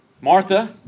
Martha